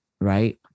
right